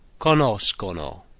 conoscono